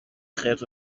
خرت